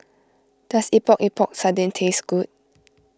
does Epok Epok Sardin taste good